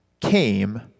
came